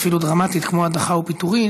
אפילו דרמטית כמו הדחה או פיטורין,